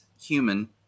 human